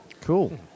Cool